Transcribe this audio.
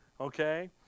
okay